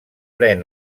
pren